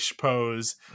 pose